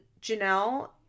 Janelle